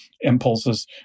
impulses